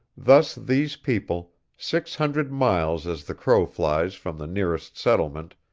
thus these people, six hundred miles as the crow flies from the nearest settlement,